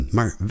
Maar